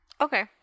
Okay